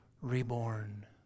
reborn